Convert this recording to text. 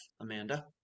Amanda